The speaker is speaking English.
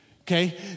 Okay